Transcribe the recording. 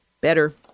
better